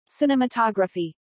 Cinematography